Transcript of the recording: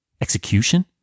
Execution